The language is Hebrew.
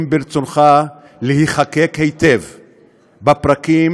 אם ברצונך להיחקק היטב בפרקים,